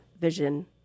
vision